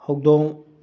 ꯍꯧꯗꯣꯡ